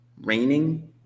raining